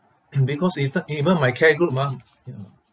because e~ even my care group ah ya